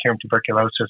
tuberculosis